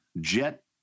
Jet